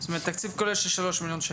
זאת אומרת תקציב כולל של שלושה מיליון שקל.